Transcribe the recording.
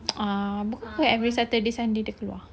ah bukan every saturday sunday dia keluar